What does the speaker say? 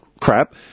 crap